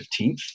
15th